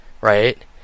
right